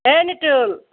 এই নিতুল